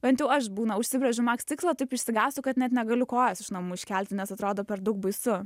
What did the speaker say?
bent jau aš būna užsibrėžiu max tikslą taip išsigąstu kad net negaliu kojos iš namų iškelti nes atrodo per daug baisu